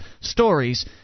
stories